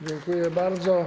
Dziękuję bardzo.